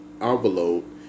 envelope